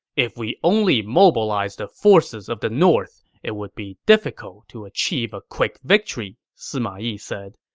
if we only mobilize the forces of the north, it would be difficult to achieve a quick victory, sima yi said.